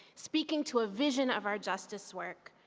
speaking to a vision of our justices work,